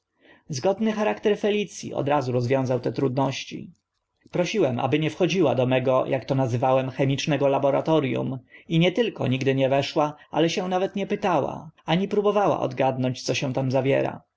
zgodny charakter felic i od razu rozwiązał te trudności prosiłem aby nie wchodziła do mego ak nazywałem chemicznego laboratorium i nie tylko nigdy nie weszła ale się nawet nie pytała ani próbowała odgadnąć co się tam zawiera